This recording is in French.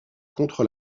contre